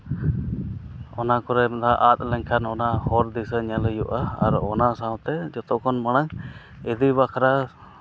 ᱚᱱᱟ ᱠᱚᱨᱮᱢ ᱟᱫ ᱞᱮᱱ ᱠᱷᱟᱱ ᱚᱱᱟ ᱦᱚᱨ ᱫᱤᱥᱟᱹ ᱧᱮᱞ ᱦᱩᱭᱩᱜᱼᱟ ᱟᱨ ᱚᱱᱟ ᱥᱟᱶᱛᱮ ᱡᱚᱛᱚ ᱠᱷᱚᱱ ᱢᱟᱲᱟᱝ ᱤᱫᱤ ᱵᱟᱠᱷᱨᱟ